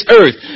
earth